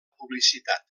publicitat